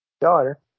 daughter